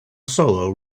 solo